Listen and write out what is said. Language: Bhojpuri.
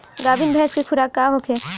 गाभिन भैंस के खुराक का होखे?